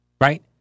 Right